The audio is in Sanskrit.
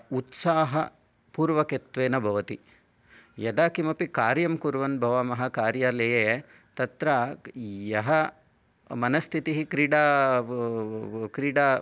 उत्साहपूर्वकत्वेन भवति यदा किमपि कार्यं कुर्वन् भवामः कार्यालये तत्र यः मनस्थितिः क्रीडा क्रीडा